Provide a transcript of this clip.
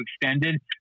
extended